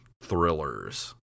thrillers